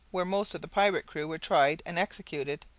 where most of the pirate crew were tried and executed.